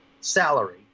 salary